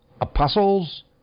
apostles